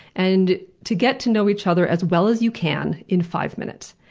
and to get to know each other as well as you can in five minutes.